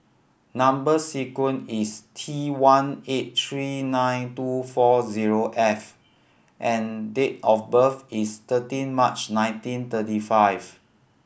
number sequence is T one eight three nine two four zero F and date of birth is thirteen March nineteen thirty five